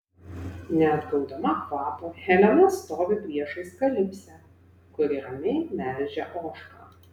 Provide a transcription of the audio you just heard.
neatgaudama kvapo helena stovi priešais kalipsę kuri ramiai melžia ožką